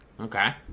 Okay